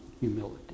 humility